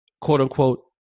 quote-unquote